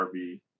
rv